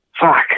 fuck